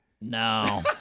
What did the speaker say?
no